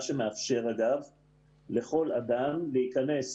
מה שמאפשר לכל אדם להיכנס